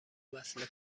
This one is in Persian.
وصله